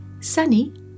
Sunny